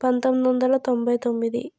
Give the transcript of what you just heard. పంతొమ్మిది వందల తొంభై తొమ్మిది